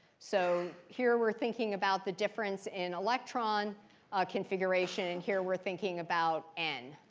so here we're thinking about the difference in electron configuration, and here we're thinking about n.